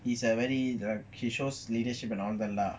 he is a very he shows leadership and all that lah